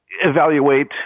evaluate